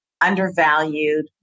undervalued